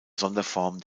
sonderform